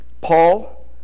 Paul